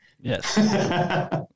Yes